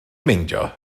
meindio